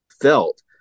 felt